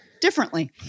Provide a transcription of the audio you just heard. differently